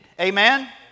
Amen